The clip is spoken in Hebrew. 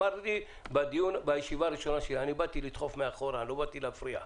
אמרתי בישיבה הראשונה שבאתי לדחוף מאחורה ולא באתי להפריע.